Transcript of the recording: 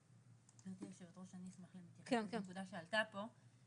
אני ארצה להתייחס לנקודה שעלתה פה,